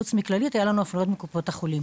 חוץ מ'כללית' היו לנו הפניות מקופות החולים.